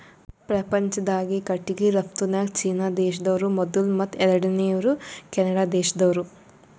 ಪ್ರಪಂಚ್ದಾಗೆ ಕಟ್ಟಿಗಿ ರಫ್ತುನ್ಯಾಗ್ ಚೀನಾ ದೇಶ್ದವ್ರು ಮೊದುಲ್ ಮತ್ತ್ ಎರಡನೇವ್ರು ಕೆನಡಾ ದೇಶ್ದವ್ರು